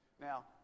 now